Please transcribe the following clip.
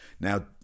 Now